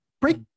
break